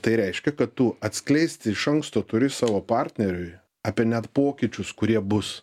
tai reiškia kad tu atskleisti iš anksto turi savo partneriui apie net pokyčius kurie bus